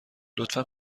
لطفا